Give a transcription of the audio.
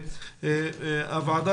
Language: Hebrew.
הוועדה,